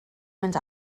mynd